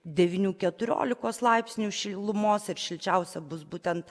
devynių keturiolikos laipsnių šilumos šilčiausia bus būtent